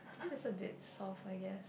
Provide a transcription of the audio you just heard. this is a bit soft I guess